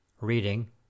reading